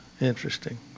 interesting